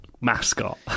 Mascot